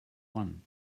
one